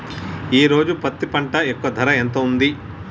ఈ రోజు పత్తి పంట యొక్క ధర ఎంత ఉంది?